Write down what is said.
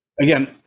Again